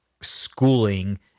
schooling